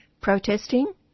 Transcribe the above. protesting